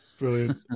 Brilliant